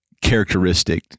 characteristic